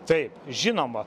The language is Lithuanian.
taip žinoma